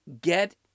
get